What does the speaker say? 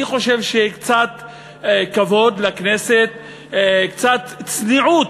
אני חושב שקצת כבוד לכנסת, קצת צניעות,